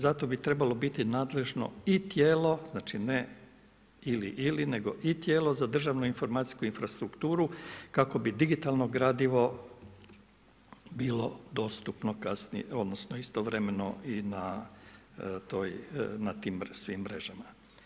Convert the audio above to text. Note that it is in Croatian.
Za to bi trebalo biti nadležno i tijelo, znači ne ili-ili nego i tijelo za državno-informacijsku infrastrukturu kako bi digitalno gradivo bilo dostupno kasnije odnosno istovremeno i na tim svim mrežama.